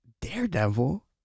Daredevil